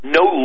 no